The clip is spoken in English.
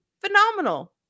Phenomenal